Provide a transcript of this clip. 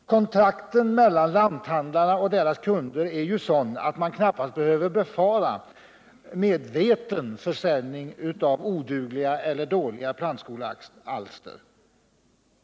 Kontakten mellan lanthandlarna och deras kunder är sådan, att man knappast behöver befara medveten försäljning av odugliga eller dåliga plantskolealster.